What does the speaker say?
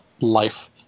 life